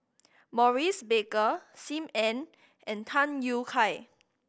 Maurice Baker Sim Ann and Tham Yui Kai